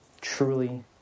truly